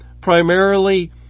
primarily